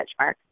benchmark